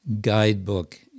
guidebook